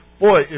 Boy